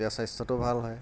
তেতিয়া স্বাস্থ্যটো ভাল হয়